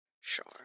Sure